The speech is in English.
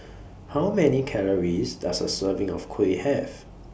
How Many Calories Does A Serving of Kuih Have